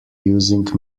using